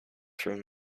from